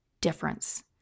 difference